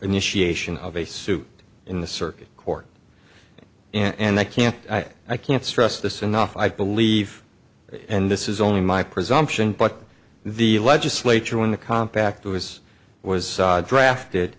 initiation of a suit in the circuit court and they can't i can't stress this enough i believe and this is only my presumption but the legislature when the compact was was drafted